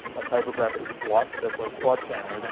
a typographic slut, that's like slut-shaming, isn't